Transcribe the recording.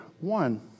one